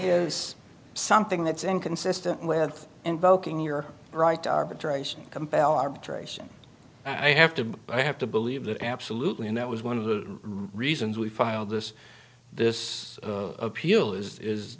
is something that's inconsistent with invoking your right to arbitration compel arbitration i have to i have to believe that absolutely and that was one of the reasons we filed this this appeal is